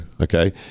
Okay